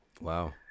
Wow